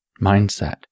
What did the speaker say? mindset